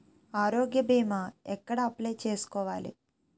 ఆరోగ్య భీమా ఎక్కడ అప్లయ్ చేసుకోవాలి?